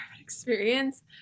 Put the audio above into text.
experience